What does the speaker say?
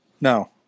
No